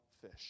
fish